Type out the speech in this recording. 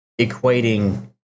equating